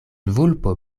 vulpo